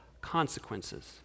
consequences